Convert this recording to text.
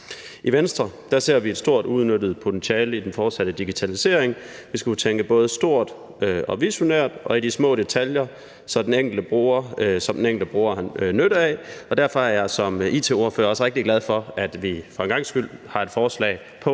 I Venstre ser vi et stort uudnyttet potentiale i den fortsatte digitalisering. Vi skulle tænke både stort og visionært og i de små detaljer, som den enkelte bruger har nytte af, og derfor er jeg som it-ordfører også rigtig glad for, at vi for en gangs skyld har et forslag på